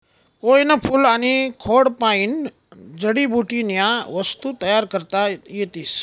केयनं फूल आनी खोडपायीन जडीबुटीन्या वस्तू तयार करता येतीस